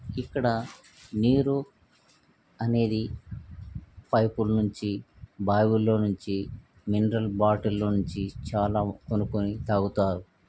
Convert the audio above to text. ఇక్కడ నీరు అనేది పైపులు నుంచి బావిల్లో నుంచి మినరల్ బాటిల్లో నుంచి చాలా కొనుక్కొని తాగుతారు